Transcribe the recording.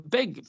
Big